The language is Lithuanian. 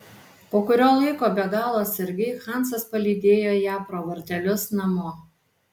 po kurio laiko be galo atsargiai hansas palydėjo ją pro vartelius namo